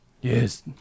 Yes